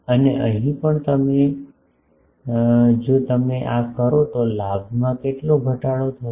અને અહીં પણ જો તમે આ કરો તો લાભમાં કેટલો ઘટાડો થશે